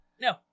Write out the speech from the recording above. no